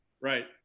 Right